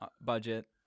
budget